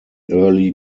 early